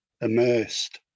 immersed